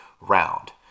round